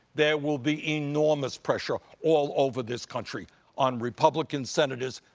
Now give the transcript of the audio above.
there will be enormous pressure all over this country on republican senators,